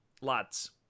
lads